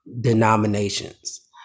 denominations